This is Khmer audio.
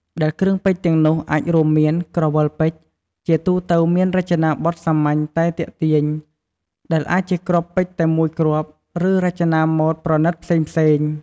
ដែលគ្រឿងពេជ្រទាំងនោះអាចរួមមាន ក្រវិលពេជ្រ ជាទូទៅមានរចនាបថសាមញ្ញតែទាក់ទាញ ដែលអាចជាគ្រាប់ពេជ្រតែមួយគ្រាប់ ឬរចនាជាម៉ូដប្រណីតផ្សេងៗ។